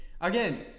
Again